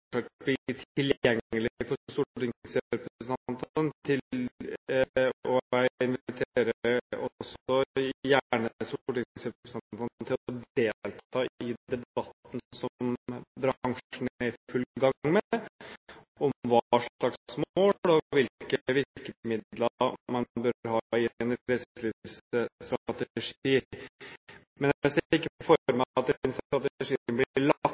bli tilgjengelig for stortingsrepresentantene, og jeg inviterer også gjerne stortingsrepresentantene til å delta i debatten som bransjen er i full gang med, om hva slags mål og hvilke virkemidler man bør ha i en reiselivsstrategi. Jeg ser ikke for meg at den strategien blir lagt